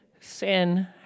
Sin